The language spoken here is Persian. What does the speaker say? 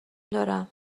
دارم